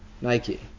Nike